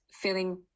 feeling